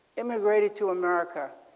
immigrated to america.